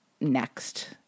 next